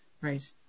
Right